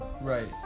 Right